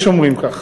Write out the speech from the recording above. יש אומרים כך.